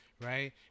right